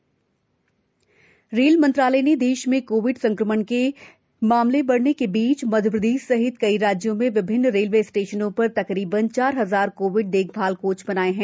rail Covid coach rail मंत्रालय ने देश में कोविड संक्रमण के मामले बढ़ने के बीच मध्यप्रदेश सहित कई राज्यों में विभिन्न रेलवे स्टेशनों पर तकरीबन चार हजार कोविड देखभाल कोच बनाए गए है